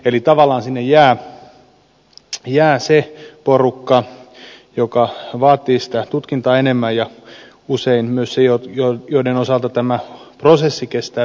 eli tavallaan sinne jää se porukka joka vaatii sitä tutkintaa enemmän ja usein myös ne joiden osalta tämä prosessi kestää pitempään